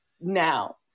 now